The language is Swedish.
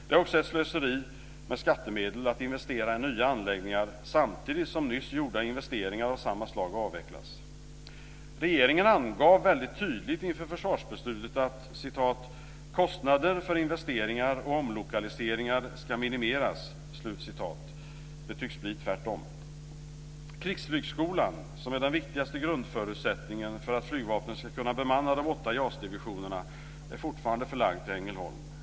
Det är också ett slöseri med skattemedel att investera i nya anläggningar samtidigt som nyss gjorda investeringar av samma slag avvecklas. Regeringen angav väldigt tydligt inför försvarsbeslutet att "kostnader för investeringar och omlokaliseringar skall minimeras". Det tycks bli tvärtom. Krigsflygskolan, som är den viktigaste grundförutsättningen för att flygvapnet ska kunna bemanna de åtta JAS-divisionerna, är fortfarande förlagd till Ängelholm.